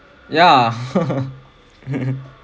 yeah